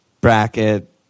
bracket